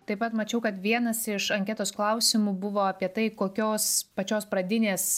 taip pat mačiau kad vienas iš anketos klausimų buvo apie tai kokios pačios pradinės